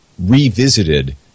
revisited